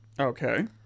Okay